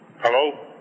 Hello